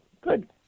Good